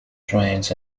trains